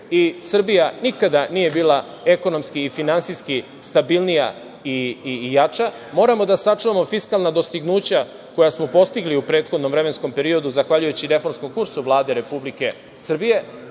Srbija nikada nije bila ekonomski stabilnija i jača. Moramo da sačuvamo fiskalna dostignuća koja smo postigli u prethodnom vremenskom periodu zahvaljujući reformskom kursu Vlade Republike Srbije,